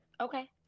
Okay